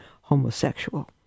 homosexual